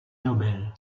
nobel